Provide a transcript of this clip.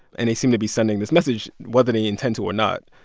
and they seem to be sending this message, whether they intend to or not,